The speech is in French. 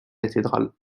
cathédrale